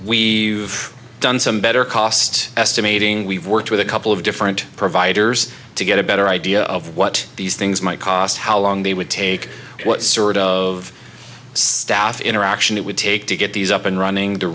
have done some better cost estimating we've worked with a couple of different providers to get a better idea of what these things might cost how long they would take what sort of staff interaction it would take to get these up and running the